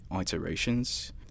iterations